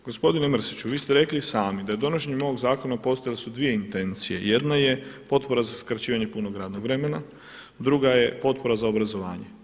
Gospodine Mrsiću, vi ste rekli sami da je donošenjem ovog zakona postojale su dvije intencije, jedno je potpora za skraćivanje punog radnog vremena, druga je potpora za obrazovanje.